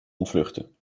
ontvluchten